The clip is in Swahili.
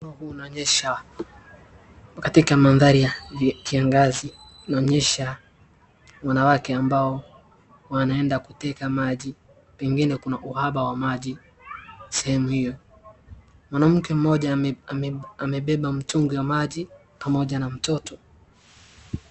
Unaonyesha katika mandhari ya kiangazi, unaonyesha wanawake ambao wanaenda kuteka maji, pengine kuna uhaba wa maji sehemu hiyo. Wmanamke mmoja amebeba mtungi wa maji pamoja na mtoto.